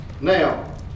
now